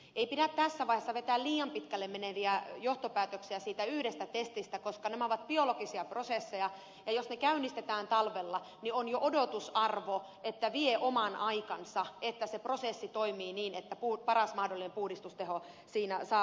ei pidä tässä vaiheessa vetää liian pitkälle meneviä johtopäätöksiä siitä yhdestä testistä koska nämä ovat biologisia prosesseja ja jos ne käynnistetään talvella niin on jo odotusarvo että vie oman aikansa että se prosessi toimii niin että paras mahdollinen puhdistusteho siinä saavutetaan